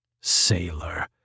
Sailor